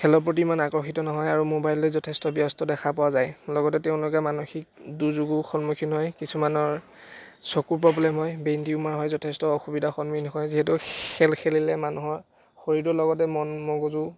খেলৰ প্ৰতি ইমান আকৰ্ষিত নহয় আৰু মোবাইলতে যথেষ্ট ব্যস্ত দেখা পোৱা যায় লগতে তেওঁলোকে মানসিক দুৰ্যোগৰো সন্মুখীন হয় কিছুমানৰ চকুৰ প্ৰব্লেম হয় ব্ৰেইন টিউমাৰ হৈ যথেষ্ট অসুবিধাৰ সন্মুখীন হয় যিহেতু খেল খেলিলে মানুহৰ শৰীৰটোৰ লগতে মন মগজু